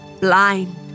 blind